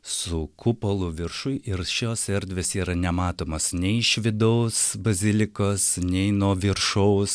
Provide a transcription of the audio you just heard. su kupolu viršuj ir šios erdvės yra nematomos nei iš vidaus bazilikos nei nuo viršaus